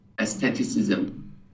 aestheticism